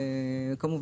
זה נחקר?